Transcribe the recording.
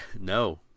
No